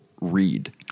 read